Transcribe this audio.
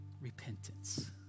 repentance